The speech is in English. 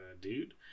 dude